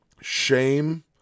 Shame